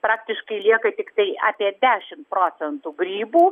praktiškai lieka tiktai apie dešim procentų grybų